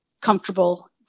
comfortable